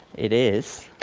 it is,